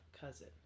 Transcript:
cousin